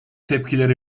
tepkilere